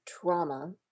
trauma